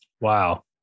Wow